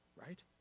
right